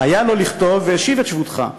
היה לו לכתוב: והשיב את שבותך.